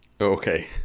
Okay